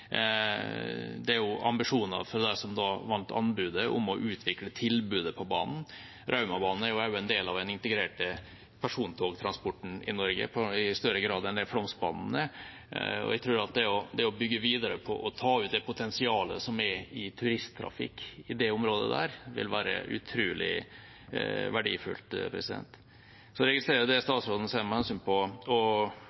Det er ambisjoner fra de som vant anbudet, om å utvikle tilbudet på banen. Raumabanen er også en del av den integrerte persontogtransporten i Norge i større grad enn det Flåmsbanen er, og jeg tror at det å bygge videre på og ta ut det potensialet som er i turisttrafikk i det området, vil være utrolig verdifullt. Så registrerer jeg det